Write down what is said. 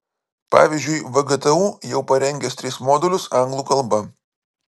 pavyzdžiui vgtu jau parengęs tris modulius anglų kalba